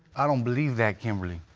i don't believe that, kimberly.